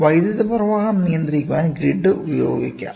വൈദ്യുത പ്രവാഹം നിയന്ത്രിക്കാൻ ഗ്രിഡ് ഉപയോഗിക്കാം